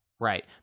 Right